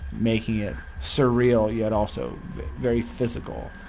making it surreal yet also very physical.